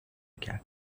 کرد